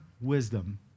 wisdom